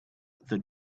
the